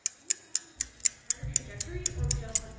are you caching the entire trajectory, or just